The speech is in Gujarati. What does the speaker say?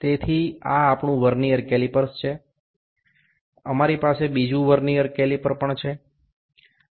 તેથી આ આપણું વર્નીઅર કેલિપર્સ છે અમારી પાસે બીજું વર્નીઅર કેલિપર પણ છે